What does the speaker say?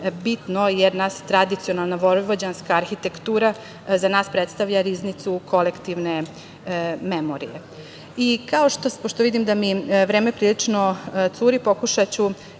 bitno, jer tradicionalna vojvođanska arhitektura za nas predstavlja riznicu kolektivne memorije. Pošto vidim da mi vreme prilično curi, pokušaću